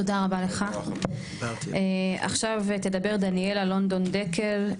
תודה רבה לך, עכשיו תדבר דניאלה לונדון דקל,